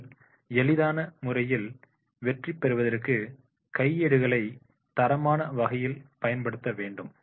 நீங்கள் எளிதான முறையில் வெற்றி பெறுவதற்கு கையேடுகளை தரமான வகையில் பயன்படுத்த வேண்டும்